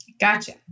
Gotcha